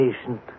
patient